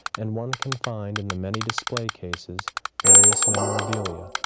and one can find in the many display cases various memorabilia,